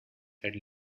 had